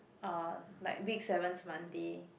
orh like week seven's Monday